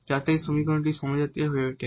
যাতে এই সমীকরণটি হোমোজিনিয়াস হয়ে ওঠে